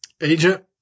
Agent